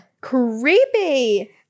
Creepy